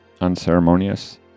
Unceremonious